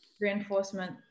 reinforcement